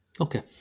Okay